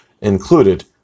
included